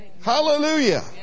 Hallelujah